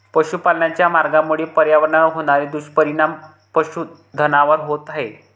पशुपालनाच्या मार्गामुळे पर्यावरणावर होणारे दुष्परिणाम पशुधनावर होत आहेत